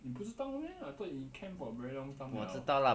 你不知道 meh I thought you in camp for very long time liao